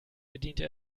bediente